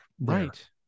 Right